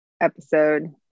episode